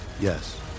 Yes